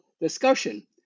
discussion